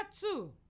two